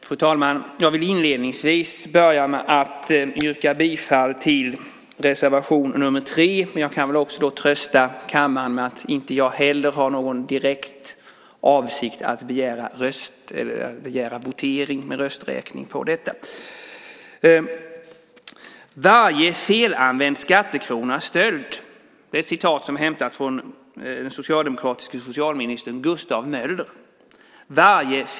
Fru talman! Jag vill inledningsvis yrka bifall till reservation 6. Jag kan också trösta kammaren med att inte jag heller har någon direkt avsikt att begära votering med rösträkning. Varje felanvänd skattekrona är stöld. Detta är hämtat från den socialdemokratiske socialministern Gustav Möller.